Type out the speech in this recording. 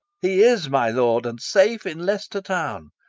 he is, my lord, and safe in leicester town,